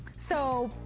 so,